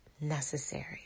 necessary